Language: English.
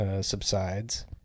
subsides